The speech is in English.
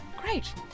great